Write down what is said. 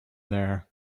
there